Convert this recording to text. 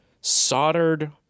soldered